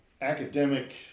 academic